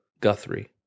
Guthrie